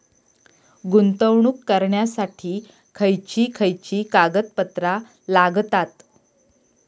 गुंतवणूक करण्यासाठी खयची खयची कागदपत्रा लागतात?